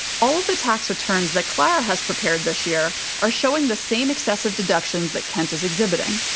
all of the tax returns that clara has prepared this year are showing the same excessive deductions that kent is exhibiting.